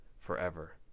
forever